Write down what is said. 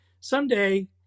someday